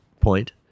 point